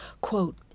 quote